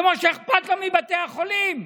כמו שאכפת לו מבתי החולים.